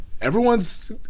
Everyone's